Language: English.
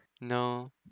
No